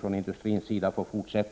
från industrins sida på Kolahalvön får fortsätta.